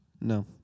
No